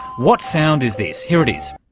what sound is this? here it is,